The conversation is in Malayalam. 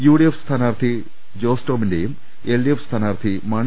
യുഡിഎഫ് സ്ഥാനാർത്ഥി ജോസ് ടോമിന്റേയും എൽഡിഎഫ് സ്ഥാനാർത്ഥി മാണി